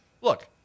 look